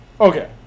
Okay